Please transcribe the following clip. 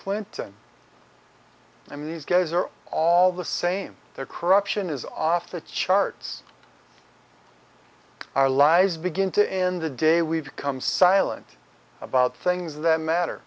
clinton i mean these guys are all the same their corruption is off the charts our lives begin to end the day we've become silent about things that matter